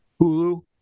Hulu